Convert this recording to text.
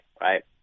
right